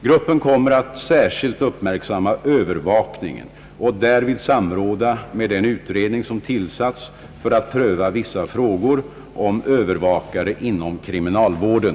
Gruppen kommer att särskilt uppmärksamma <:Öövervakningen och därvid samråda med den utredning som tillsatts för att pröva vissa frågor om övervakare inom kriminalvården.